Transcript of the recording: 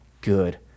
good